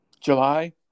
July